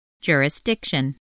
Jurisdiction